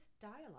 dialogue